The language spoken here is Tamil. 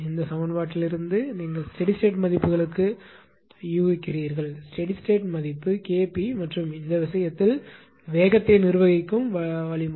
இந்த சமன்பாட்டிலிருந்து நீங்கள் ஸ்டெடி ஸ்டேட் மதிப்புகளுக்கு யூகிக்கிறீர்கள் ஸ்டெடி ஸ்டேட் மதிப்பு K p மற்றும் இந்த விஷயத்தில் வேகத்தை நிர்வகிக்கும் வழிமுறை